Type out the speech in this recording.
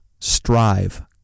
Strive